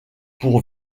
pour